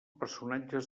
personatges